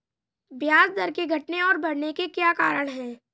ब्याज दर के घटने और बढ़ने के क्या कारण हैं?